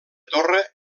torre